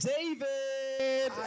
David